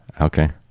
Okay